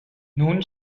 nun